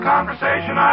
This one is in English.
conversation